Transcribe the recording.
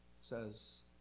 says